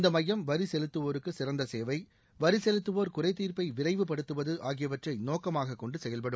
இந்த எமயம் வரி செலுத்துவோருக்கு சிறந்த சேவை வரிசெலுத்துவோர் குறை தீர்ப்பை விரைவுபடுத்துவது ஆகியவற்றை நோக்கமாக கொண்டு செயல்படும்